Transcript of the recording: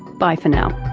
bye for now